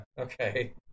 okay